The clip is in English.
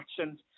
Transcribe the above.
actions